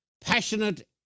passionate